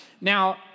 Now